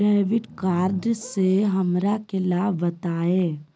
Debit card से हमरा के लाभ बताइए?